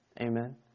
Amen